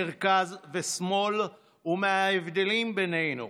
מרכז ושמאל ומההבדלים בינינו.